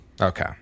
okay